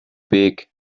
big